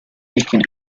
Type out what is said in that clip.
eligen